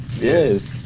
yes